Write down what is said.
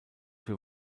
für